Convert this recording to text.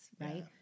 Right